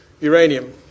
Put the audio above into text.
uranium